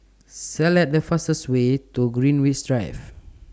Select The fastest Way to Greenwich Drive